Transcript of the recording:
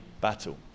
battle